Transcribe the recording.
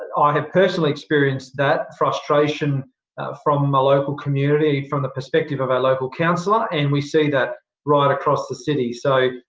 i have personally experienced that frustration from my local community, from the perspective of our local councillor, and we see that right across the city. so,